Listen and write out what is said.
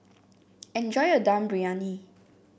enjoy your Dum Briyani